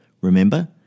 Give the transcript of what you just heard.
Remember